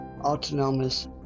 autonomous